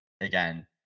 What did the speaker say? again